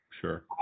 Sure